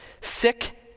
sick